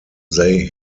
they